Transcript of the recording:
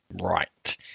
Right